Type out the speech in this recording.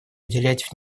уделять